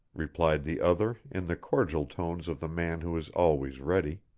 replied the other in the cordial tones of the man who is always ready.